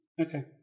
Okay